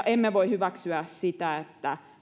emme voi hyväksyä sitä että